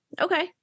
okay